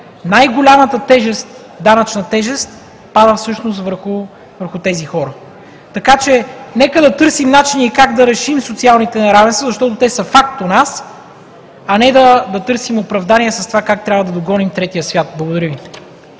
Най голямата данъчна тежест пада всъщност върху тези хора. Така че, нека да търсим начини как да решим социалните неравенства, защото те са факт у нас, а не да търсим оправдание с това, как трябва да догоним третия свят. Благодаря Ви.